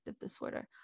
disorder